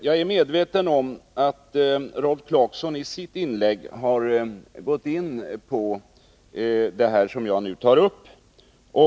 Jag är medveten om att Rolf Clarkson i sitt inlägg har gått in på vad jag nu tar upp.